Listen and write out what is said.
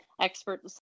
experts